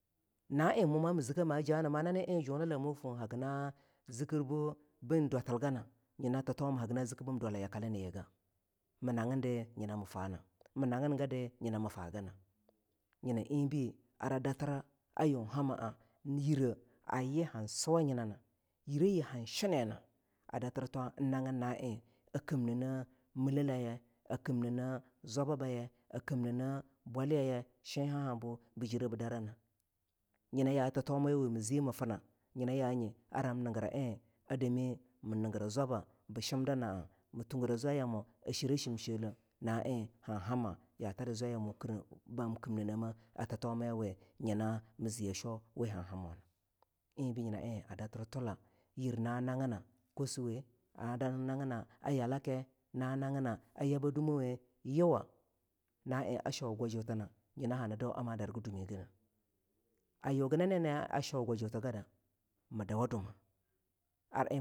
Na eing mii zike ma jani ma nani eing junla foah ho gina zikir bun dwatilganah nyina thito ma gina ziki bim dwala yaka le na yiga mii nagindi nyina mii fahna, mii nagingadi nyina miifagana nyina eing be ara datira a yun hama a yire yehan suwanyine, yireyi han shennenah a datir twa ein nagin ana eing a kimnine milelaye,a kimnine zwabbaye a kimnine bwalayaye shen habo bii ire bii darana nyina yaa thutomawi mii zii mii finna nyina ya nye aro ham nigira eing a dami mii nigira zwaba bii shimda naa mii tungureh zwayamo a shire shimsheliee na eing an hama yatadi zwayami ba ham kimninene a thuomiya we nyina mii ziye sheaw wen han hamona eing bii nyina eing a datir tule yir na nagina, kwosuweh, ar na nagina a yalake, na nagina a yabadumeweh uwa na eing a shau gwajutina nyina hani dau ar ma dargi dumigene a uginanani naa shau gwajuti gada mii dawa dummah.